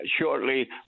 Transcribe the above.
shortly